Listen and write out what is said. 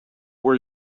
where